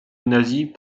nazie